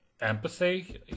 empathy